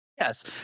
Yes